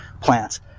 plants